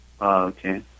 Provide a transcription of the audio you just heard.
Okay